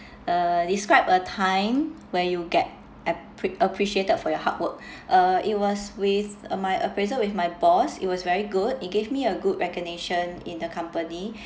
uh describe a time where you get appre~ appreciated for your hard work uh it was with uh my appraisal with my boss it was very good he gave me a good recognition in the company